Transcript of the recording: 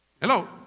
Hello